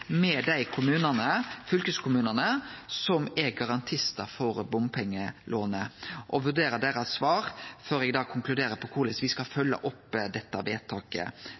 med dei kommunane og fylkeskommunane som er garantistar for bompengelånet, og vurdere svara frå dei før me konkluderer på korleis me skal følgje opp dette vedtaket.